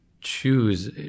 choose